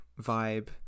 vibe